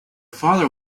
father